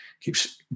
keeps